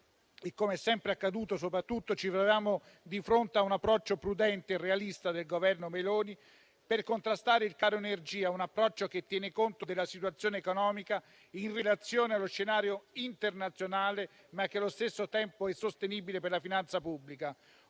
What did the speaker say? come è sempre accaduto, soprattutto, ci troviamo di fronte a un approccio prudente e realista del Governo Meloni per contrastare il caro energia, un approccio che tiene conto della situazione economica in relazione allo scenario internazionale, ma che allo stesso tempo è sostenibile per la finanza pubblica.